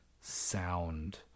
sound